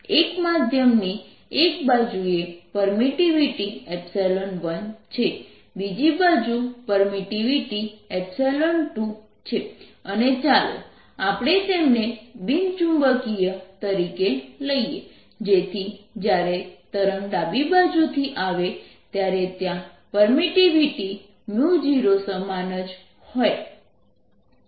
એક માધ્યમની એક બાજુએ પરમિટિવિટી 1 છે બીજી બાજુ પરમિટિવિટી 2 છે અને ચાલો આપણે તેમને બિન ચુંબકીય તરીકે લઈએ જેથી જ્યારે તરંગ ડાબી બાજુથી આવે ત્યારે ત્યાં પરમિટિવિટી 0 સમાન જ હોય